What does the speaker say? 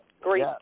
Great